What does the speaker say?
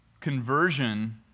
conversion